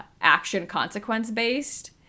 action-consequence-based